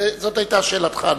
זאת היתה שאלתך הנוספת: